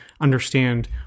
understand